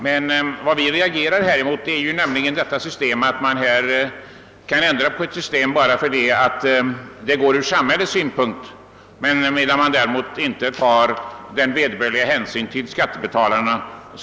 Men vad vi reagerar mot är att man vill ändra ett system bara därför att det är möjligt från samhällets synpunkt och att man inte tar rimlig hänsyn till skattebetalarna.